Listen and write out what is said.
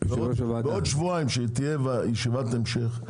בעוד שבועיים שתהיה ישיבת המשך,